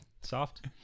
soft